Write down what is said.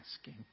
asking